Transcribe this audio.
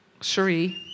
Sheree